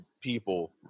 people